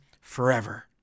forever